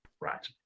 right